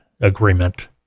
agreement